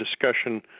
discussion